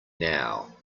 now